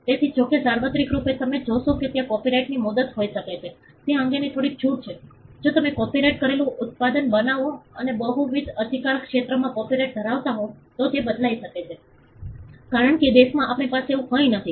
તેથી જો કે સાર્વત્રિક રૂપે તમે જોશો કે ત્યાં કોપિરાઇટની મુદત હોઇ શકે છે તે અંગેની થોડી છૂટ છે જો તમે કોપિરાઇટ કરેલું ઉત્પાદન બનાવો અને બહુવિધ અધિકારક્ષેત્રમાં કોપિરાઇટ ધરાવતા હો તો તે બદલાઇ શકે છે કારણ કે દેશોમાં આપણી પાસે એવું કંઈક નથી